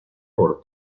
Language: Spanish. por